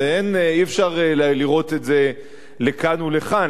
אי-אפשר לראות את זה לכאן ולכאן,